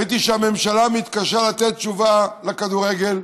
ראיתי שהממשלה מתקשה לתת תשובה לכדורגל,